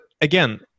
again